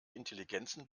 intelligenzen